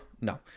No